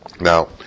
Now